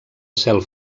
cel